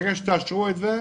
ברגע שתאשרו את זה,